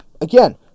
again